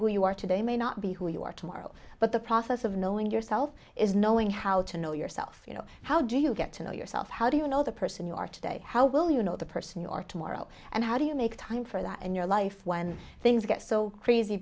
who you are today may not be who you are tomorrow but the process of knowing yourself is knowing how to know yourself you know how do you get to know yourself how do you know the person you are today how will you know the person you are tomorrow and how do you make time for that in your life when things get so crazy